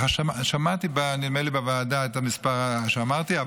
נדמה לי שבוועדה שמעתי את המספר שאמרתי,